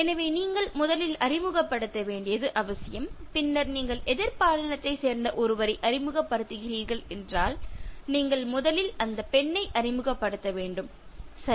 எனவே நீங்கள் முதலில் அறிமுகப்படுத்த வேண்டியது அவசியம் பின்னர் நீங்கள் எதிர் பாலினத்தைச் சேர்ந்த ஒருவரை அறிமுகப்படுத்துகிறீர்கள் என்றால் நீங்கள் முதலில் அந்த பெண்ணை அறிமுகப்படுத்த வேண்டும் சரி